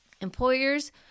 Employers